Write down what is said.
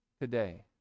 today